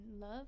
love